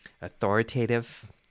authoritative